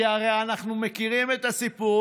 כי הרי אנחנו מכירים את הסיפור,